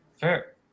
Fair